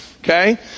Okay